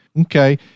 okay